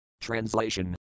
Translation